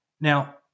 Now